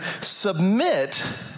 submit